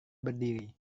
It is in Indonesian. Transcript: berdiri